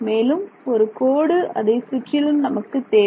மேலும் ஒரு கோடு அதை சுற்றிலும் நமக்கு தேவை